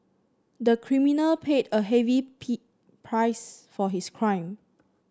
the criminal paid a heavy price for his crime